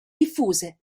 diffuse